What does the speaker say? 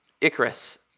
Icarus